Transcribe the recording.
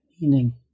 meaning